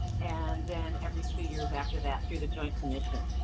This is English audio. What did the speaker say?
and then every two years after that through the joint commission.